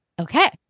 okay